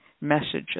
messages